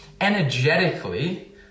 energetically